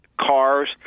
Cars